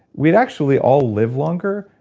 we'd actually all live longer,